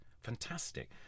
Fantastic